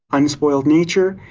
unspoiled nature,